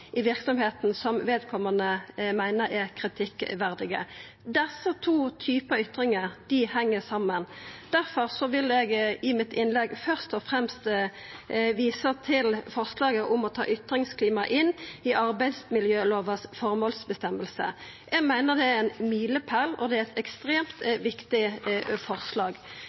i verksemda som vedkomande meiner er kritikkverdige. Desse to typane ytring heng saman. Difor vil eg i mitt innlegg først og fremst vise til forslaget om å ta ytringsklimaet inn i arbeidsmiljølovas formålsføresegn. Eg meiner det er ein milepåle, og det er eit ekstremt viktig forslag.